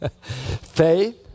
Faith